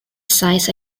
size